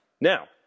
Now